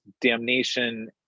Damnation